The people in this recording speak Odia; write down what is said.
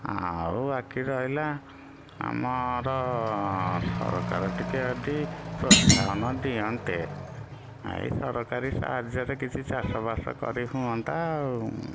ଆଉ ବାକି ରହିଲା ଆମର ସରକାର ଟିକିଏ ଯଦି ପ୍ରୋତ୍ସାହନ ଦିଅନ୍ତେ ଏଇ ସରକାରୀ ସାହାଯ୍ୟରେ କିଛି ଚାଷବାସ କରି ହୁଅନ୍ତା ଆଉ